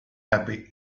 happy